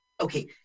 okay